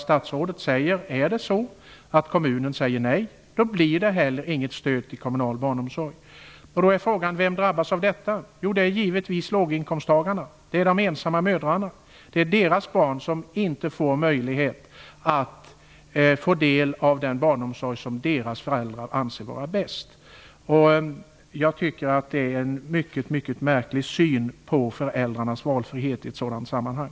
Statsrådet säger ju att om kommunen säger nej, blir det heller inget stöd till kommunal barnomsorg. Då är frågan: Vem drabbas av detta? Jo, det är givetvis låginkomsttagarna, de ensamma mödrarna. Det är deras barn som inte får del av den barnomsorg som deras föräldrar anser vara bäst. Jag tycker att det är en mycket märklig syn på föräldrarnas valfrihet i ett sådant sammanhang.